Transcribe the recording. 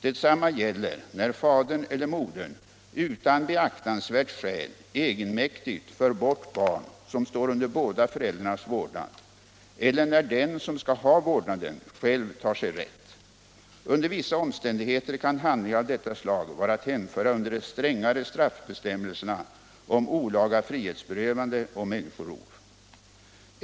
Detsamma gäller när fadern eller modern utan beaktansvärt skäl egenmäktigt för bort barn som står under båda föräldrarnas vårdnad eller när den som skall ha vårdnaden själv tar sig rätt. Under vissa omständigheter kan handlingar av detta slag vara att hänföra under de strängare straffbestämmelserna om olaga frihetsberövande och människorov.